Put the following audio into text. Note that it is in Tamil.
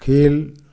கீழ்